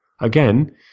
again